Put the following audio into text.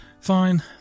Fine